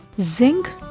Zinc